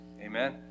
Amen